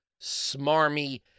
smarmy